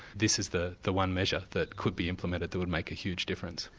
this is the the one measure that could be implemented that would make a huge difference.